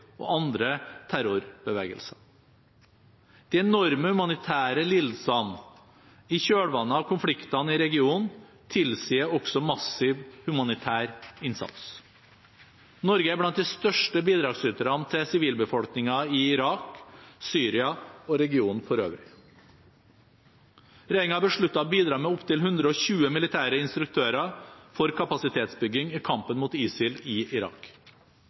og andre terrorbevegelser. De enorme humanitære lidelsene i kjølvannet av konfliktene i regionen tilsier også massiv humanitær innsats. Norge er blant de største bidragsyterne til sivilbefolkningen i Irak, Syria og regionen for øvrig. Regjeringen har besluttet å bidra med opptil 120 militære instruktører for kapasitetsbygging i kampen mot ISIL i Irak.